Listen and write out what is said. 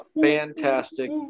fantastic